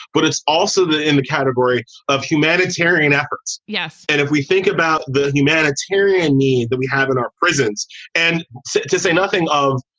but it's also in the category of humanitarian efforts. yes. and if we think about the humanitarian need that we have in our prisons and to say nothing of,